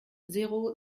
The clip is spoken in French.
zéro